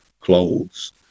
clothes